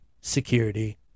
security